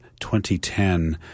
2010